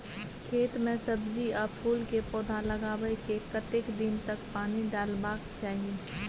खेत मे सब्जी आ फूल के पौधा लगाबै के कतेक दिन तक पानी डालबाक चाही?